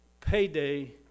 Payday